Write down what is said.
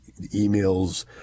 emails